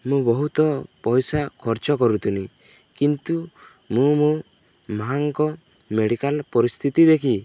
ମୁଁ ବହୁତ ପଇସା ଖର୍ଚ୍ଚ କରୁଥିଲି କିନ୍ତୁ ମୁଁ ମୋ ମାଆଙ୍କ ମେଡ଼ିକାଲ ପରିସ୍ଥିତି ଦେଖି